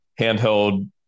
handheld